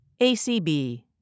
ACB